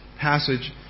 passage